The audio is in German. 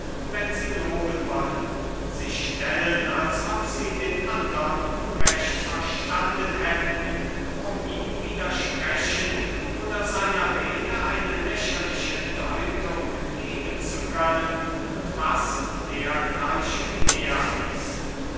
wenn sie loben wollen sich stellen als ob sie den andern unrecht verstanden hätten um ihm widersprechen oder seiner rede eine lächerliche deutung geben zu können und was dergleichen mehr ist